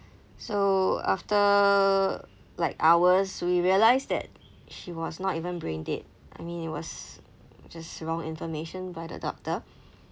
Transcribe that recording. so after like hours we realised that she was not even brain dead I mean it was just wrong information by the doctor